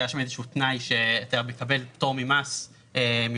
והיה שם איזשהו תנאי שאתה מקבל פטור ממס שבח